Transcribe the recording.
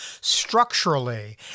structurally